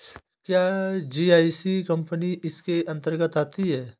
क्या GIC company इसके अन्तर्गत आती है?